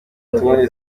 ubundi